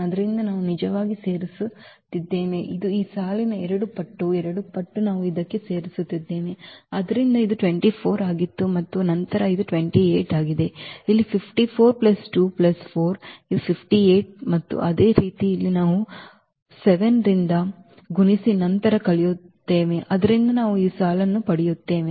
ಆದ್ದರಿಂದ ನಾವು ನಿಜವಾಗಿ ಸೇರಿಸುತ್ತಿದ್ದೇವೆ ಇದು ಈ ಸಾಲಿನ ಎರಡು ಪಟ್ಟು ಎರಡು ಪಟ್ಟು ನಾವು ಇದಕ್ಕೆ ಸೇರಿಸುತ್ತಿದ್ದೇವೆ ಆದ್ದರಿಂದ ಇದು 24 ಆಗಿತ್ತು ಮತ್ತು ನಂತರ ಇದು 28 ಆಗಿದೆ ಇಲ್ಲಿ 54 ಪ್ಲಸ್ 2 ಪ್ಲಸ್ 4 ಇದು 58 ಮತ್ತು ಅದೇ ರೀತಿ ಇಲ್ಲಿ ನಾವು ಇಲ್ಲಿ 7 ರಿಂದ ಗುಣಿಸಿ ನಂತರ ಕಳೆಯುತ್ತೇವೆ ಆದ್ದರಿಂದ ನಾವು ಈ ಸಾಲನ್ನು ಪಡೆಯುತ್ತೇವೆ